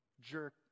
jerk